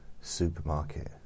supermarket